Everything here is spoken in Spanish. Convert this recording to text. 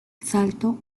salto